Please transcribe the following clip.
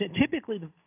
typically